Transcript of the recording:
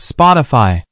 Spotify